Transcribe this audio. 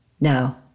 No